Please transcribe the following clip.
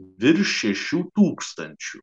virš šešių tūkstančių